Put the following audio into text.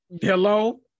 hello